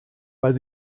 weil